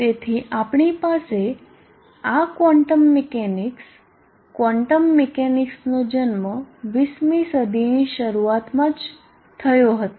તેથી આપણી પાસે આ ક્વોન્ટમ મિકેનિક્સ ક્વોન્ટમ મિકેનિક્સનો જન્મ 20 મી સદીની શરૂઆતમાં જ થયો હતો